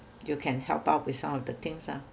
you can help out with some of the things lah